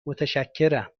متشکرم